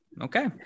Okay